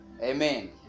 Amen